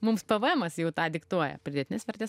mums pėvėemas jau tą diktuoja pridėtinės vertės